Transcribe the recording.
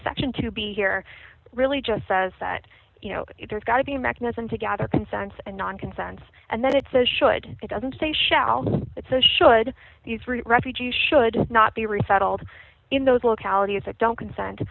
section to be here really just says that you know there's got to be a mechanism to gather consensus and not consensus and that it says should it doesn't say shall it so should these refugees should not be resettled in those localities that don't consent